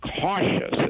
cautious